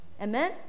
Amen